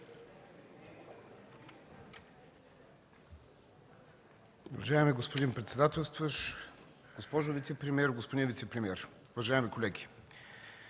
Уважаеми господин председателстващ, госпожо вицепремиер, господин вицепремиер, уважаеми колеги!